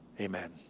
amen